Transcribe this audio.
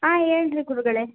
ಹಾಂ ಹೇಳ್ರಿ ಗುರುಗಳೇ